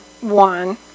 one